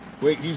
Wait